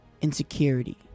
insecurity